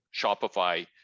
Shopify